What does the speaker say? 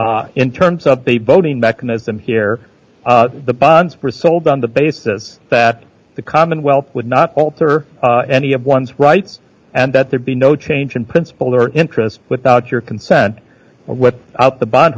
in terms of the voting mechanism here the bonds were sold on the basis that the commonwealth would not alter any of one's rights and that there be no change in principle or interest without your consent or with out the bond